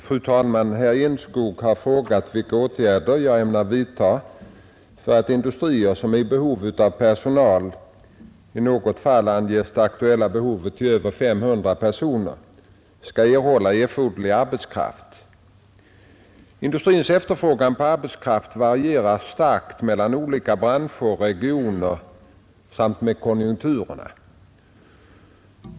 Fru talman! Herr Enskog har frågat vilka åtgärder jag ämnar vidta för att industrier, som är i stort behov av personal — i något fall anges det aktuella behovet till över 500 personer — skall erhålla erforderlig arbetskraft. Industrins efterfrågan på arbetskraft varierar starkt mellan olika branscher och regioner samt med konjunkturerna.